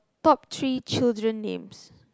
top three children names